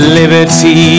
liberty